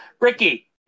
Ricky